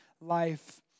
life